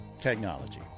Technology